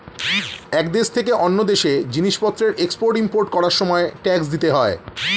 এক দেশ থেকে অন্য দেশে জিনিসপত্রের এক্সপোর্ট ইমপোর্ট করার সময় ট্যাক্স দিতে হয়